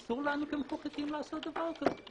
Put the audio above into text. אסור לנו כמחוקקים לעשות דבר כזה.